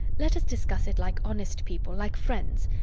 let us discuss it like honest people, like friends,